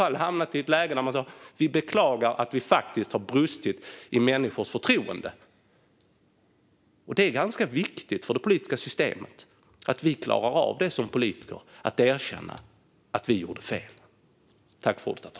Man hade kunnat säga: "Vi beklagar att vi har brustit i fråga om människors förtroende." Det är ganska viktigt för det politiska systemet att vi politiker klarar av att erkänna om vi har gjort fel.